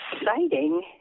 exciting